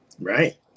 Right